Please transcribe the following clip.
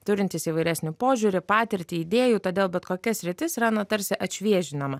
turintys įvairesnį požiūrį patirtį idėjų todėl bet kokia sritis yra na tarsi atšviežinama